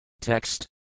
Text